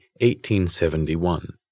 1871